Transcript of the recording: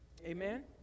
Amen